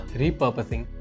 repurposing